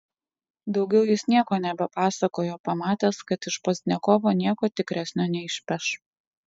daugiau jis nieko nebepasakojo pamatęs kad iš pozdniakovo nieko tikresnio neišpeš